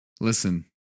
Listen